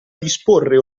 disporre